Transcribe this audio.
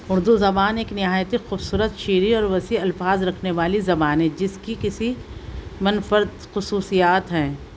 اردو زبان ایک نہایت ہی خوبصورت شیریں اور وسیع الفاظ رکھنے والی زبان ہے جس کی کسی منفرد خصوصیات ہیں